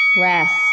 rest